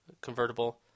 convertible